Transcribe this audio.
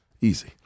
easy